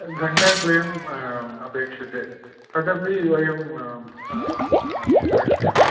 घण्टाद्वायम् अपेक्षते तदपि वयं द्रक्ष्यामि